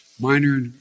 minor